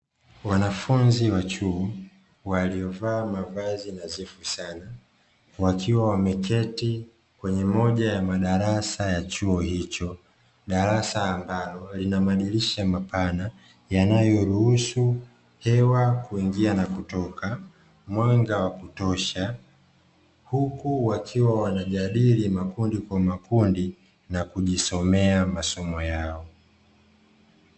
Wanafunzi wa chuo waliovaa mavazi nadhifu sana, wakiwa wameketi kwenye moja ya madarasa ya chuo hicho. Darasa ambalo linamadilisha mapana yanayoruhusu hewa kuingia na kutoka, mwanga wa kutosha huku wakiwa wanajadili makundi kwa makundi na kujisomea masomo yao.